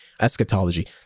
eschatology